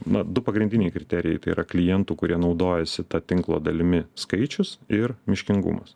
na du pagrindiniai kriterijai tai yra klientų kurie naudojasi ta tinklo dalimi skaičius ir miškingumas